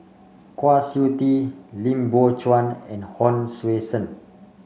Kwa Siew Tee Lim Biow Chuan and Hon Sui Sen